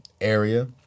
area